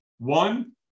One